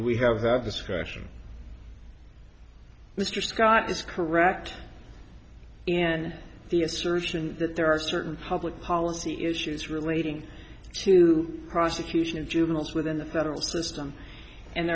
we have that discussion mr scott is correct in the it's urgent that there are certain public policy issues relating to prosecution of juveniles within the federal system and